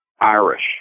Irish